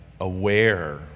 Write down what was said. aware